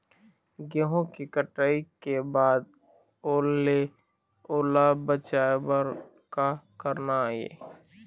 गेहूं के कटाई के बाद ओल ले ओला बचाए बर का करना ये?